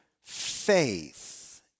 faith